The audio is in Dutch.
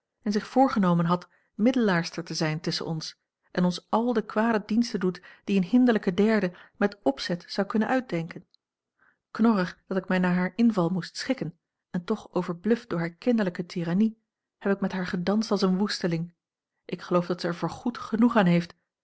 en zich voorgenomen had middelaarster te zijn tusschen ons en ons àl de kwade diensten doet die eene hinderlijke derde met opzet zou kunnen uitdenken knorrig dat ik mij naar haar inval moest schikken en toch overbluft door hare kinderlijke tirannie heb ik met haar gedanst als een woesteling ik geloof dat zij er voorgoed genoeg aan heeft